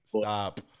Stop